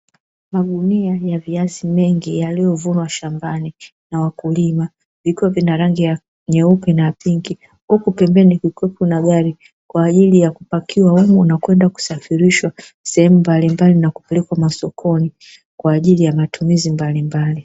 Magunia ya viazi mengi yaliyovunwa shambani na wakulima, viko vina rangi ya nyeupe na pinki. Huku pembeni kukiwa na gari kwa ajili ya kupakiwa humo na kwenda kusafirishwa sehemu mbalimbali, na kupelekwa masokoni kwa ajili ya matumizi mbalimbali.